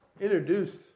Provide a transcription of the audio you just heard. introduce